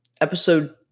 episode